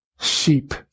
Sheep